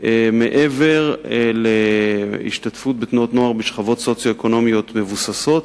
מעבר להשתתפות בתנועות נוער בשכבות סוציו-אקונומיות מבוססות,